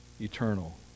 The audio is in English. eternal